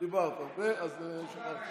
דיברת הרבה, אז שכחתי אותך.